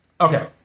Okay